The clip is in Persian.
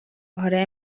آره